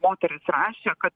moteris rašė kad